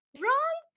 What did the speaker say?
wrong